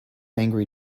angry